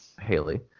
Haley